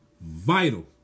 vital